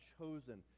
chosen